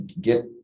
get